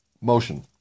motion